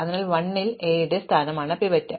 അതിനാൽ l ന്റെ A ആണ് പിവറ്റ്